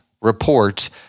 reports